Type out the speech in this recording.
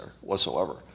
whatsoever